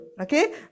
okay